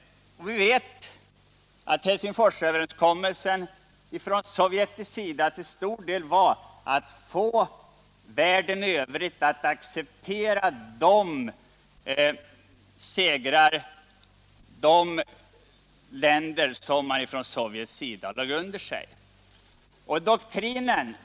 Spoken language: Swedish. Vi vet att Sovjets avsikt med Helsingforsöverenskommelsen var att få världen i övrigt att acceptera Sovjets segrar och de länder som Sovjet lagt under sig.